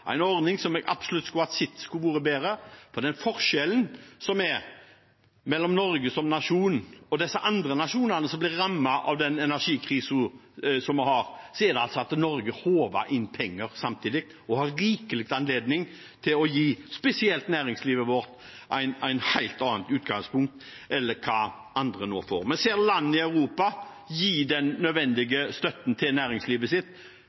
en ordning som jeg absolutt skulle ha sett var bedre. For forskjellen som er mellom Norge som nasjon og disse andre nasjonene som blir rammet av denne energikrisen, er altså at Norge håver inn penger samtidig og har rikelig anledning til å gi spesielt næringslivet vårt et helt annet utgangspunkt enn hva de andre nå får. Vi ser land i Europa gi den nødvendige støtten til næringslivet sitt,